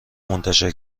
منتشر